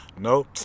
No